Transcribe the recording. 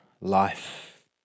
life